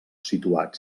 situats